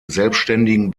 selbständigen